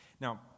Now